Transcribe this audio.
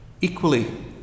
Equally